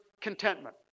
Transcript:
contentment